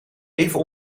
even